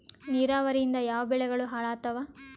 ನಿರಾವರಿಯಿಂದ ಯಾವ ಬೆಳೆಗಳು ಹಾಳಾತ್ತಾವ?